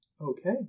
Okay